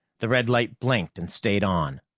the red light blinked and stayed on.